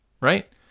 Right